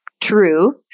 true